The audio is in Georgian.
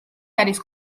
არის